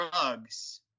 drugs